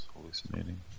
hallucinating